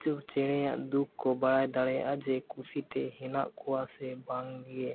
ᱪᱮᱬᱭᱟᱜ ᱫᱩᱠ ᱠᱚ ᱵᱟᱲᱟᱭ ᱫᱟᱲᱮᱭᱟᱜᱼᱟ ᱡᱮ ᱠᱩᱥᱤᱛᱮ ᱦᱮᱱᱟᱜ ᱠᱚᱣᱟ ᱥᱮ ᱵᱟᱝ ᱜᱮ